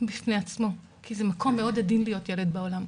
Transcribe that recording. בפני עצמו כי זה מקום מאוד עדין להיות ילד בעולם.